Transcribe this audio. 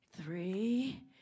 three